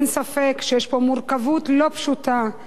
אין ספק שיש פה מורכבות לא פשוטה.